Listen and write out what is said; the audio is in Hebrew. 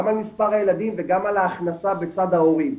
גם על מס' הילדים וגם על ההכנסה בצד ההורים,